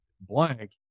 blank